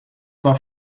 war